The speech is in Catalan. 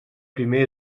primer